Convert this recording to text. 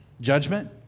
judgment